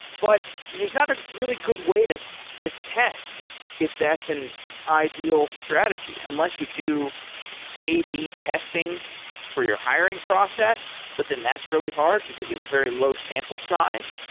but there's not a really good way to to test if that's an ideal strategy, unless you do a b testing for your hiring process, but then that's really hard, because you have a very low sample size.